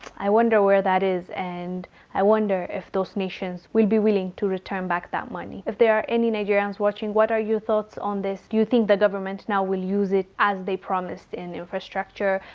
i wonder where that is, and i wonder if those nations will be willing to return that money. if there are any nigerians watching, what are your thoughts on this? do you think the government now will use it as they promised in infrastructure,